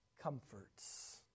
comforts